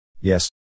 Yes